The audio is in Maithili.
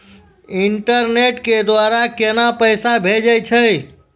इंटरनेट के द्वारा केना पैसा भेजय छै?